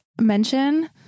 mention